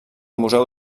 museu